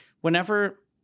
whenever